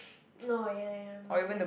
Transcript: orh ya ya ya I remember that